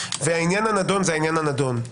והעניין הנדון זה העניין הנדון.